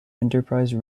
enterprise